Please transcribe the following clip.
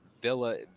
Villa